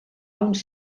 uns